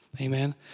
Amen